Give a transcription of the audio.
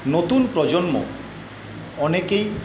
নতুন প্রজন্ম অনেকেই